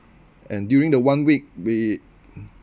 and during the one week we